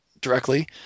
directly